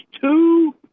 two